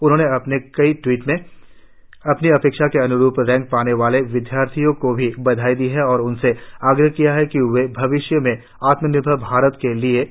उन्होंने अपने कई ट्वीट में अपनी अपेक्षा के अनरूप रैंक पाने वाले सभी विद्यार्थियों को भी बधाई दी और उनसे आग्रह किया है कि वे भविष्य में आत्मनिर्भर भारत के लिए काम करें